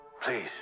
please